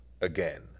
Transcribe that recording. again